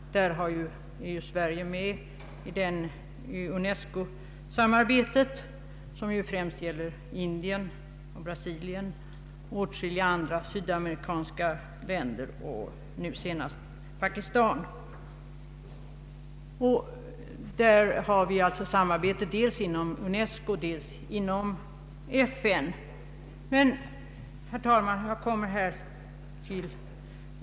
Sverige är som bekant med i UNESCO samarbetet i denna fråga som främst gäller att förse Indien, Brasilien och åtskilliga andra sydamerikanska länder samt nu senast Pakistan med satelliter. Där har vi alltså samarbete dels inom UNESCO, dels inom FN.